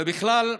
ובכלל,